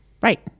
Right